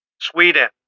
Sweden